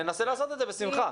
ננסה לעשות את זה בשמחה.